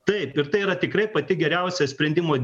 taip ir tai yra tikrai pati geriausia sprendimo